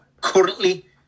currently